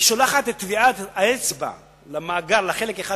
היא שולחת את טביעת האצבע לחלק אחד